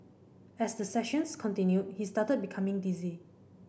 as the sessions continued he started becoming dizzy